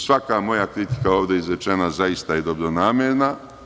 Svaka moja kritika ovde izrečena zaista je dobronamerna.